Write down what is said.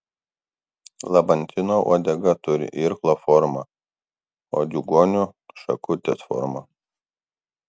lamantino uodega turi irklo formą o diugonių šakutės formą